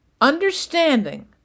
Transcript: understanding